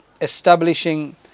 establishing